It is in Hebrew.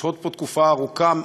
לשהות פה תקופה ארוכה,